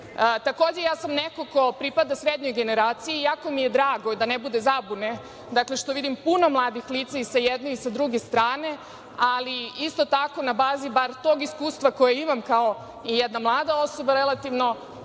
sednicu. Takođe, ja sam neko ko pripada srednjoj generaciji i jako mi je drago, da ne bude zabune, što vidim puno mladih lica sa jedne i sa druge strane, ali isto tako, na bazi barem tog iskustva koji imam kao jedna mlada osoba, ne